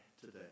today